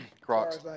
Crocs